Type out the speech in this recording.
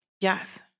Yes